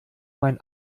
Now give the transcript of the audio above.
mein